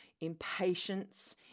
impatience